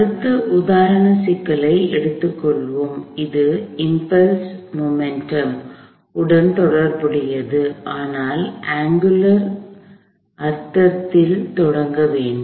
அடுத்த உதாரண சிக்கலை எடுத்துக் கொள்வோம் இது இம்பல்ஸ் மொமெண்ட்டம் உந்துவிசை Impulse momentum உடன் தொடர்புடையது ஆனால் அங்குலார்angularகோணம் அர்த்தத்தில் தொடங்க வேண்டும்